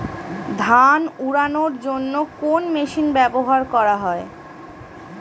ধান উড়ানোর জন্য কোন মেশিন ব্যবহার করা হয়?